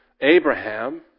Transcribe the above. Abraham